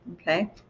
Okay